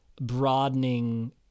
broadening